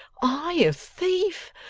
i a thief!